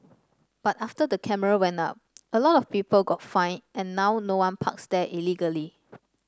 but after the camera went up a lot of people got fined and now no one parks there illegally